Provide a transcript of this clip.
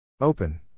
Open